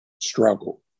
struggle